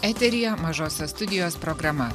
eteryje mažosios studijos programa